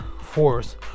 force